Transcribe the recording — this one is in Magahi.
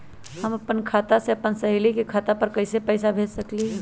हम अपना खाता से अपन सहेली के खाता पर कइसे पैसा भेज सकली ह?